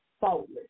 faultless